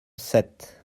sept